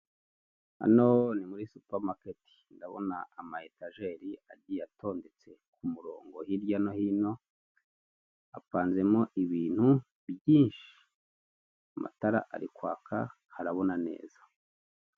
Hano ni muri supamaketi, ndabona amaetajeri agiye atondetse ku murongo hirya no hino apanzemo ibintu byinshi, amatara arikwaka harabona neza.